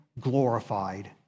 glorified